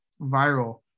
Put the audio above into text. viral